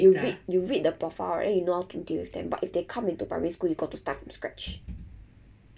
you read you read the profile right then you know how to deal with them but if they come into primary school you got to start from scratch